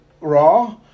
Raw